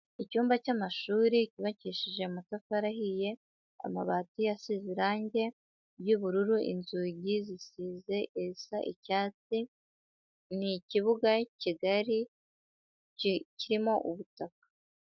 Icyumba cy'amashuri cyubakishije amatafari ahiye, amabati asize irange ry'ubururu, inzugi zisize irisa icyatsi, ni ikibuga kigari kirimo ubutaka.